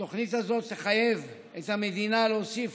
התוכנית תחייב את המדינה להוסיף